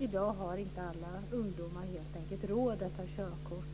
Alla ungdomar har i dag helt enkelt inte råd att ta körkort.